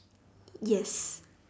yes